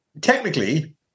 technically